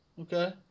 Okay